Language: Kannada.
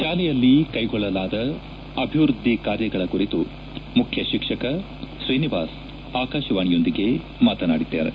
ಶಾಲೆಯಲ್ಲಿ ಕೈಗೊಳ್ಳಲಾದ ಅಭಿವೃದ್ಧಿ ಕಾರ್ಯಗಳ ಕುರಿತು ಮುಖ್ಯಶಿಕ್ಷಕ ಶ್ರೀನಿವಾಸ್ ಆಕಾಶವಾಣಿಯೊಂದಿಗೆ ಮಾತನಾಡಿದ್ದಾರೆ